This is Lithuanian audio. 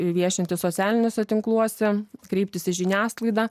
viešinti socialiniuose tinkluose kreiptis į žiniasklaidą